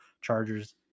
chargers